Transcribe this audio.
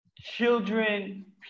children